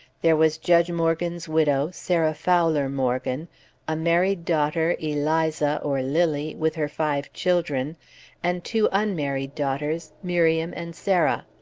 there was judge morgan's widow, sarah fowler morgan a married daughter, eliza or lilly, with her five children and two unmarried daughters, miriam and sarah.